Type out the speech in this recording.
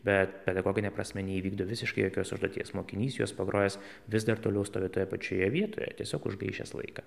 bet pedagogine prasme neįvykdo visiškai jokios užduoties mokinys juos pagrojęs vis dar toliau stovi toje pačioje vietoje tiesiog užgaišęs laiką